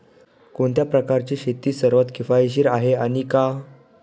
कोणत्या प्रकारची शेती सर्वात किफायतशीर आहे आणि का?